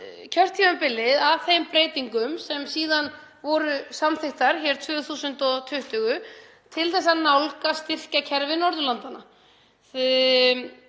kjörtímabilið að þeim breytingum sem síðan voru samþykktar hér 2020 til að nálgast styrkjakerfi Norðurlandanna. Þá